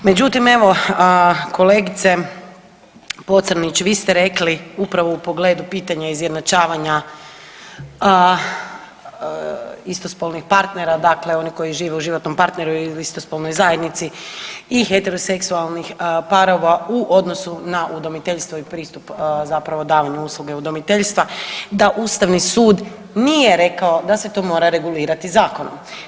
Međutim evo kolegice Pocrnić vi ste rekli upravo u pogledu pitanja izjednačavanja istospolnih partnera, dakle onih koji žive u životnom partneru ili istospolnoj zajednici i heteroseksualnih parova u odnosu na udomiteljstvo i pristup zapravo davanju usluge udomiteljstva da ustavni sud nije rekao da se to mora regulirati zakonom.